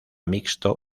mixto